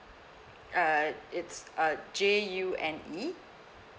uh it's uh J U N E